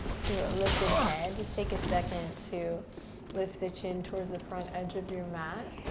to a lifted head. just take a second to lift the chin towards the front edge of your mat,